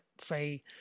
say